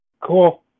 cool